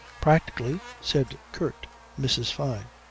practically, said curt mrs. fyne.